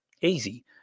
Easy